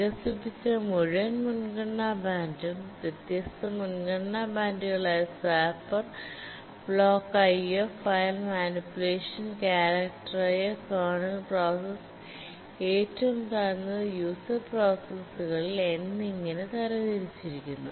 വികസിപ്പിച്ച മുഴുവൻ മുൻഗണനാ ബാൻഡും വ്യത്യസ്ത മുൻഗണനാ ബാൻഡുകളായ swapper block IOblock IO file manipulation character IOcharacter IO kernel പ്രോസസ്സ്ഏറ്റവും താഴ്ന്നത് യൂസർ പ്രോസസ്സുകളിൽ എന്നിങ്ങനെ തിരിച്ചിരിക്കുന്നു